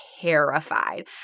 terrified